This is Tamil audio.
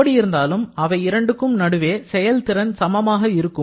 எப்படி இருந்தாலும் அவை இரண்டுக்கும் நடுவே செயல்திறன் சமமாக இருக்கும்